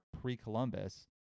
pre-Columbus